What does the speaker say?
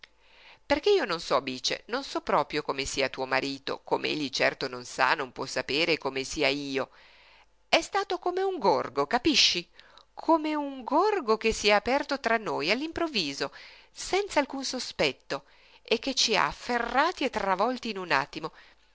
perché io non so bice non so proprio come sia tuo marito com'egli certo non sa non può sapere come sia io è stato come un gorgo capisci come un gorgo che si è aperto tra noi all'improvviso senz'alcun sospetto e ci ha afferrati e travolti in un attimo